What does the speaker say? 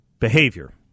Behavior